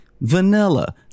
vanilla